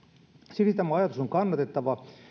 silti tämä ajatus on kannatettava